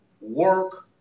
work